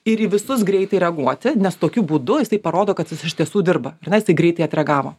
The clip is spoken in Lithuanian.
ir į visus greitai reaguoti nes tokiu būdu jisai parodo kad jis iš tiesų dirba ar ne jisai greitai atreagavo